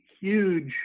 huge